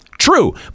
true